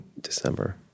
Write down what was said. December